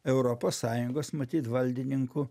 europos sąjungos matyt valdininkų